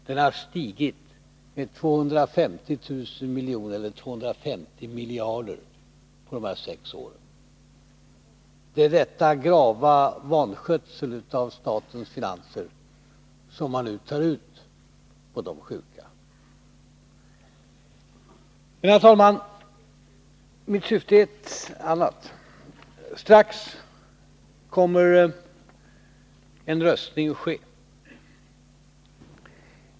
Den har stigit med 250 000 miljoner eller 250 miljarder på de här sex åren. Det är denna grava vanskötsel Ändringar i sjuk av statsfinanserna som man tar ut på de sjuka. Herr talman! Mitt syfte är ett annat. Strax kommer en röstning att ske.